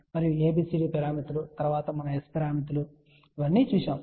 మరియు ABCD పారామితుల తరువాత మనము S పారామితులను చూశాము